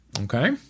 Okay